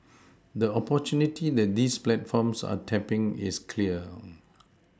the opportunity that these platforms are tapPing is clear